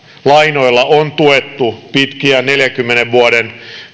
lainoilla on tuettu pitkiä neljänkymmenen vuoden